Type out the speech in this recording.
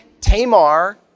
Tamar